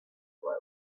float